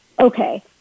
okay